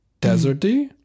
deserty